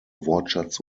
wortschatz